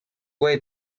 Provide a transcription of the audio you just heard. way